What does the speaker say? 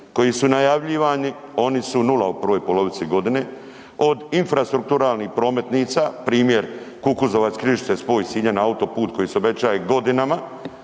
koji su najavljivani oni su nula u prvoj polovici godine od infrastrukturalnih prometnica primjer Kukuzovac – Križice, spoj Sinja na autoput koji se obećaje godinama